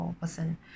person